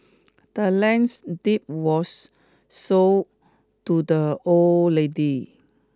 the land's deed was sold to the old lady